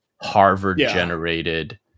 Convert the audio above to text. Harvard-generated